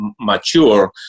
mature